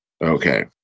Okay